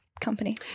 company